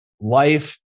life